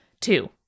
Two